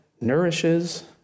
nourishes